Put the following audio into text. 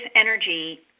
energy